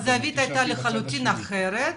בדקנו את הנושא, הזווית הייתה לחלוטין אחרת.